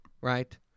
Right